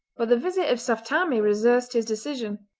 but the visit of saft tammie reversed his decision.